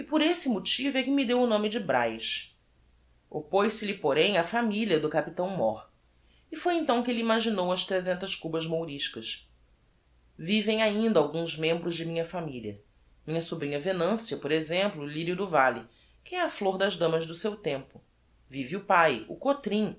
esse motivo é que me deu o nome de braz oppoz se lhe porém a familia do capitão mór e foi então que elle imaginou as tresentas cubas mouriscas vivem ainda alguns membros de minha familia minha sobrinha venancia por exemplo o lyrio do valle que é a flor das damas do seu tempo vive o pae o cotrim